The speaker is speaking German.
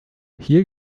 hier